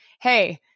hey